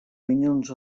minyons